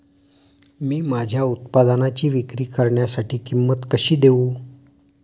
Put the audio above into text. मी माझ्या उत्पादनाची विक्री करण्यासाठी किंमत कशी देऊ?